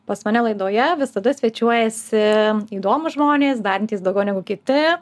pas mane laidoje visada svečiuojasi įdomūs žmonės darantys daugiau negu kiti